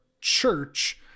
church